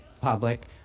public